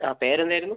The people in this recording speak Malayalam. ആ പേരെന്തായിരുന്നു